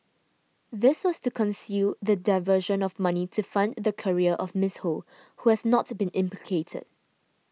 this was to conceal the diversion of money to fund the career of Miss Ho who has not been implicated